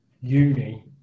Uni